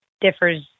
differs